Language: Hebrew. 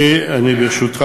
ברשותך,